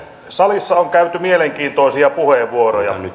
salissa on käytetty mielenkiintoisia puheenvuoroja